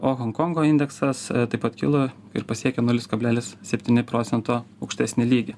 o honkongo indeksas taip pat kilo ir pasiekė nulis kablelis septyni procento aukštesnį lygį